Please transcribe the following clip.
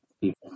people